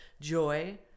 joy